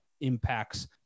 impacts